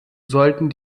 sollten